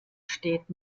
steht